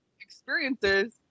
experiences